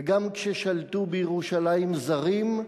וגם כששלטו בירושלים זרים,